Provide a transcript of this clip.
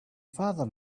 father